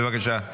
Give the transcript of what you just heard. בבקשה.